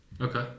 Okay